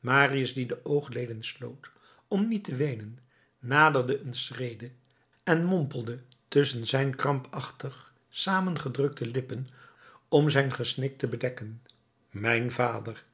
marius die de oogleden sloot om niet te weenen naderde een schrede en mompelde tusschen zijn krampachtig saamgedrukte lippen om zijn gesnik te bedekken mijn vader